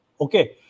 okay